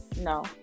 No